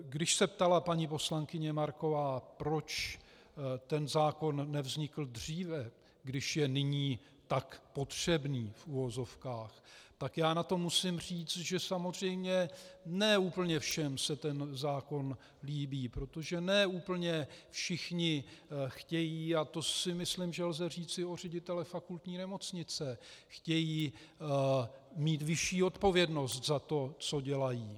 Když se ptala paní poslankyně Marková, proč ten zákon nevznikl dříve, když je nyní tak potřebný, v uvozovkách, tak na to musím říct, že samozřejmě ne úplně všem se ten zákon líbí, protože ne úplně všichni chtějí mít a to si myslím, že lze říci o řediteli fakultní nemocnice vyšší odpovědnost za to, co dělají.